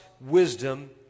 wisdom